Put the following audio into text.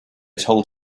told